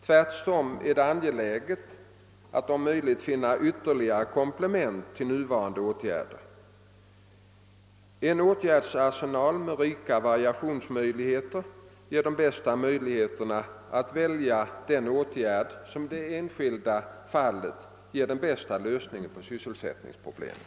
Tvärtom är det angeläget att om möjligt finna ytterligare komplement till nuvarande åtgärder. En åtgärdsarsenal med rika variationsmöjligheter ger de bästa möjligheterna att välja den åtgärd som i det enskilda fallet ger den bästa lösningen på sysselsättningsproblemet.